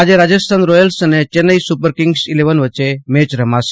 આજે રાજસ્થાન રોયલ્સ અને Chennai Super Kings eleven વચ્ચે મેચ રમાશે